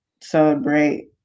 celebrate